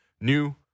new